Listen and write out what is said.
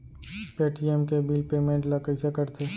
Paytm के bill payment ल कइसे करथे?